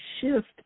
shift